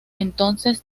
entonces